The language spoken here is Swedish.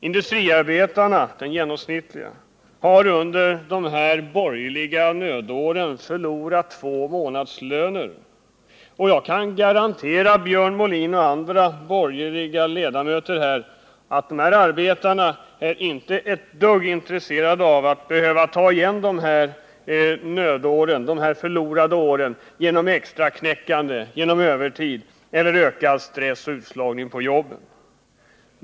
Den genomsnittlige industriarbetaren har under de borgerliga nödåren förlorat två månadslöner. Och jag kan garantera Björn Molin och andra borgerliga ledamöter här, att dessa arbetare inte är intresserade av att ta igen dessa förlorade år genom extraknäckande, övertid eller ökad stress och utslagning på jobben.